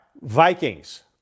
Vikings